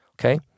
Okay